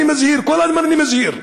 אני מזהיר, כל הזמן אני מזהיר,